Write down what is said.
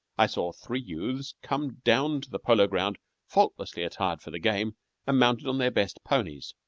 i saw three youths come down to the polo-ground faultlessly attired for the game and mounted on their best ponies.